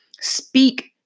speak